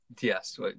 yes